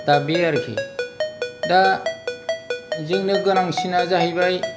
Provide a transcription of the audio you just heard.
दा बे आरोखि दा जोंनो गोनांसिना जाहैबाय